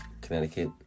Connecticut